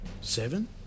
Seven